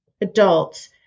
adults